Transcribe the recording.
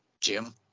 Jim